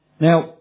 Now